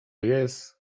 jest